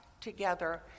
together